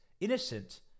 innocent